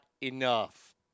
enough